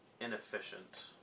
inefficient